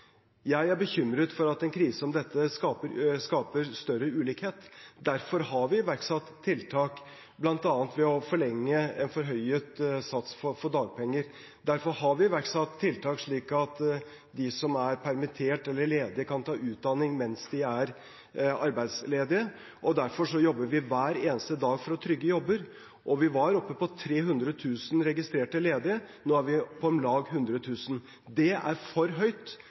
Jeg er bekymret for at en krise som dette skaper større ulikhet. Derfor har vi iverksatt tiltak bl.a. ved å forlenge en forhøyet sats for dagpenger, derfor har vi iverksatt tiltak slik at de som er permittert eller ledige, kan ta utdanning mens de er arbeidsledige, og derfor jobber vi hver eneste dag for å trygge jobber. Vi var oppe på 300 000 registrerte ledige, nå er vi på om lag 100 000. Det er for høyt,